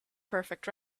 perfect